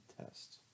test